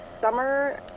summer